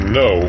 no